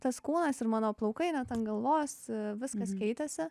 tas kūnas ir mano plaukai net ant galvos viskas keitėsi